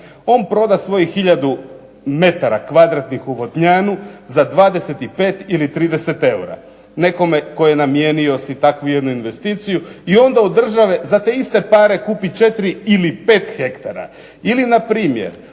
On proda svojih hiljadu metara kvadratnih u Vodnjanu za 25 ili 30 eura nekome tko je namijenio si takvu jednu investiciju i onda od države za te iste pare kupi 4 ili 5 hektara. Ili npr.